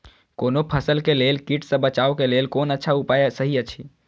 कोनो फसल के लेल कीट सँ बचाव के लेल कोन अच्छा उपाय सहि अछि?